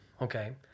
Okay